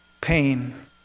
pain